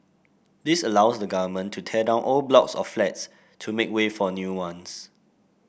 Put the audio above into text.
this allows the Government to tear down old blocks of flats to make way for new ones